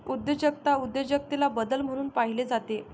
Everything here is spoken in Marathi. उद्योजकता उद्योजकतेला बदल म्हणून पाहिले जाते